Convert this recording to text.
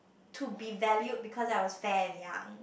to be valued because I was fair and young